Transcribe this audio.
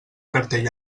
cartell